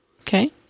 Okay